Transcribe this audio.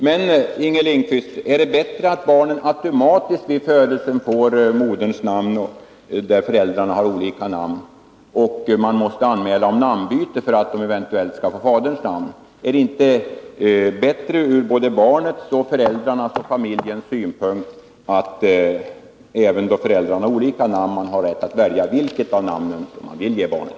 Men, Inger Lindquist, är det bättre att barnet automatiskt vid födelsen får moderns namn när föräldrarna har olika namn men att man måste lämna ett meddelande om namnbyte ifall barnet eventuellt skulle få faderns namn? Är det inte bättre ur barnets, föräldrarnas och hela familjens synpunkt att man även då föräldrarna har olika namn har rätt att välja vilket namn man vill ge barnet?